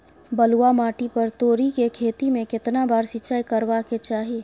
बलुआ माटी पर तोरी के खेती में केतना बार सिंचाई करबा के चाही?